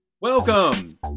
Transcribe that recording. welcome